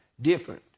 different